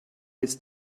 his